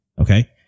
Okay